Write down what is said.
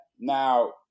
now